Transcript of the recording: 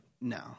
No